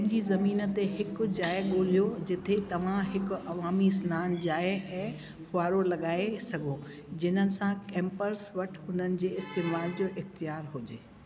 पंहिंजी ज़मीन ते हिकु ॼाइ ॻोल्हियो जिथे तव्हां हिकु अवामी सनानु ॼाइ ऐं फुवारो लॻाए सघो जिन्हनि सां कैम्पर्स वटि हुननि जे इस्तेमालु जो इख़्तियार हुजे